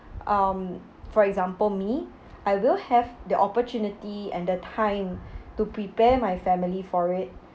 um for example me I will have the opportunity and the time to prepare my family for it